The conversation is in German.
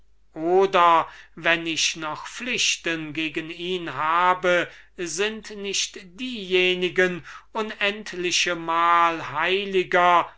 oder wenn ich noch pflichten gegen ihn habe sind nicht diejenigen unendlichmal heiliger